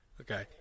Okay